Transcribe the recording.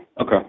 Okay